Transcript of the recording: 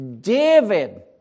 David